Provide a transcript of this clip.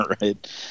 right